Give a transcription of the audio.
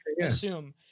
assume